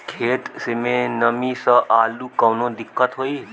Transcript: खेत मे नमी स आलू मे कऊनो दिक्कत होई?